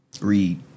Read